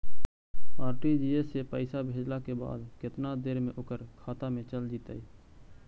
RTGS से पैसा भेजला के बाद केतना देर मे ओकर खाता मे चल जितै?